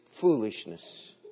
foolishness